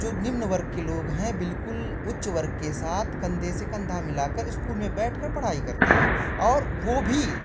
जो निम्न वर्ग के लोग हैं बिल्कुल उच्च वर्ग के साथ कंधे से कंधा मिला कर स्कूल में बैठ कर पढ़ाई करते हैं और वह भी